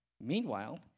Meanwhile